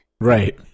Right